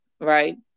right